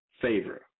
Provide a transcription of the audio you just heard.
favor